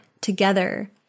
together